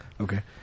okay